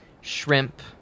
shrimp